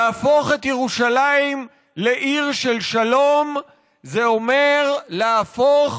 להפוך את ירושלים לעיר של שלום זה אומר להפוך